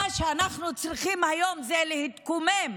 מה שאנחנו צריכים היום זה להתקומם